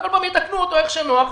ובכל פעם יתקנו אותו איך שנוח,